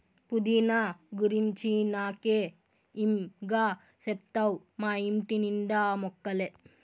పుదీనా గురించి నాకే ఇం గా చెప్తావ్ మా ఇంటి నిండా ఆ మొక్కలే